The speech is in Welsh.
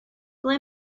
ble